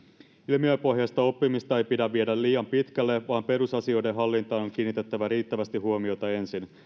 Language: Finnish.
ilmiöpohjaista oppimista ei pidä viedä liian pitkälle vaan perusasioiden hallintaan on kiinnitettävä riittävästi huomiota ensin